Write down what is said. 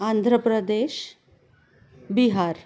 Andhra Pradesh Bihar